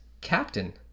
captain